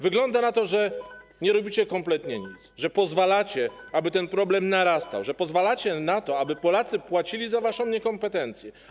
Wygląda na to, że nie robicie kompletnie nic, że pozwalacie, aby ten problem narastał, że pozwalacie na to, żeby Polacy płacili za waszą niekompetencję.